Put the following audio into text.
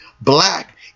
black